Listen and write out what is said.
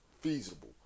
feasible